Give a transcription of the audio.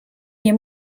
nie